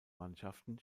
mannschaften